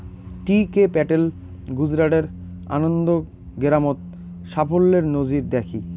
টি K Patel গুজরাটের আনন্দ গেরামত সাফল্যের নজির দ্যাখি